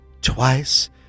twice